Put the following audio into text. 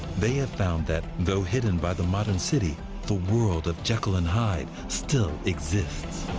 they have found that though hidden by the modern city the world of jekyll and hyde still exists.